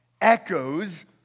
echoes